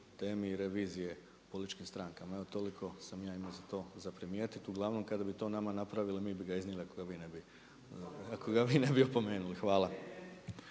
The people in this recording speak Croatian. temi revizije političkim strankama. Evo toliko sam ja imao za to za primijetiti. Uglavnom, kada bi to nama napravili, mi bi ga iznijeli ako ga vi ne bi opomenuli. Hvala.